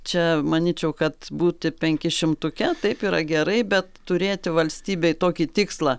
čia manyčiau kad būti penkišimtuke taip yra gerai bet turėti valstybei tokį tikslą